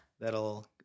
that'll